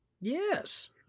yes